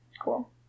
cool